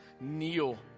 kneel